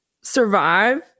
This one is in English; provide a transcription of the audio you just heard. survive